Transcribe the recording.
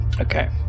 Okay